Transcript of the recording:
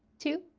two,